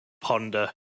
ponder